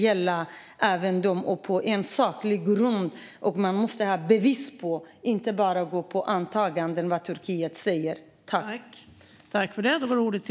De ska beviljas asyl på saklig grund, och det måste finnas bevis så att man inte bara går på antaganden och vad Turkiet säger.